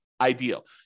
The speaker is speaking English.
ideal